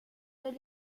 del